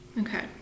Okay